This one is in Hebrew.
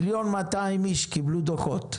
מיליון ו-200 אלף אנשים קיבלו דוחות,